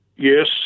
Yes